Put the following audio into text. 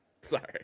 Sorry